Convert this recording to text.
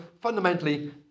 fundamentally